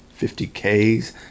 50Ks